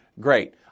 Great